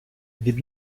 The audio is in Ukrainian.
від